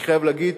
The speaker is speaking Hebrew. אני חייב להגיד